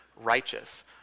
righteous